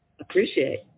appreciate